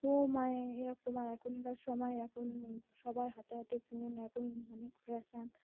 ও মানে এরকম আর এখনকার সময় এখন সবার হাতে হাতে ফোন এখন অনেক ফ্রেশ আন